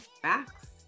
Facts